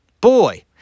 Boy